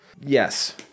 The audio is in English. Yes